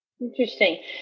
Interesting